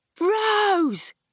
Rose